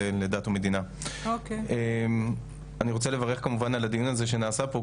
אני רוצה לברך כמובן על הדיון הזה שנעשה פה,